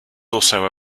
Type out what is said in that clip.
also